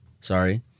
sorry